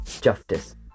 Justice